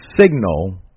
signal